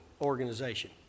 organization